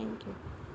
thank you